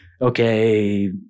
okay